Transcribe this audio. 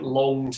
long